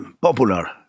popular